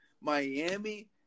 Miami